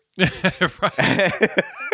Right